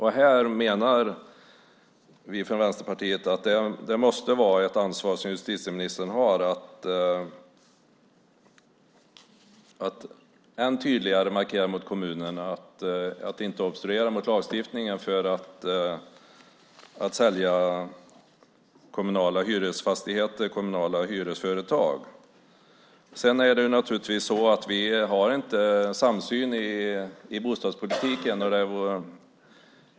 Här menar vi från Vänsterpartiet att justitieministern måste ha ett ansvar att än tydligare markera mot kommunerna att de inte ska obstruera mot lagstiftningen för att sälja kommunala hyresfastigheter, kommunala hyresföretag. Sedan har vi naturligtvis inte en samsyn i bostadspolitiken.